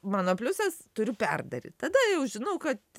mano pliusas turiu perdaryt tada jau žinau kad